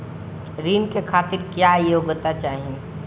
ऋण के खातिर क्या योग्यता चाहीं?